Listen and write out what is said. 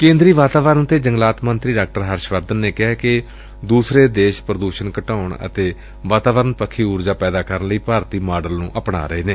ਕੇ'ਦਰੀ ਵਾਤਾਵਰਣ ਅਤੇ ਜੰਗਲਾਤ ਮੰਤਰੀ ਡਾ ਹਰਸ਼ ਵਰਧਨ ਨੇ ਕਿਹੈ ਕਿ ਦੂਸਰੇ ਦੇਸ਼ ਪ੍ਰਦੂਸ਼ਣ ਘਟਾਉਣ ਅਤੇ ਵਾਤਾਵਰਣ ਪੱਖੀ ਊਰਜਾ ਪੈਦਾ ਕਰਨ ਲਈ ਭਾਰਤੀ ਮਾਡਲ ਨੂੰ ਆਪਣਾ ਰਹੇ ਨੇ